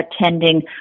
attending